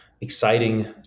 exciting